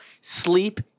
sleep